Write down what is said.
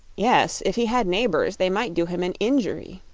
yes if he had neighbors, they might do him an injury,